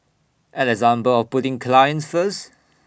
an example of putting clients first